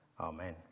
Amen